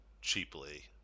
cheaply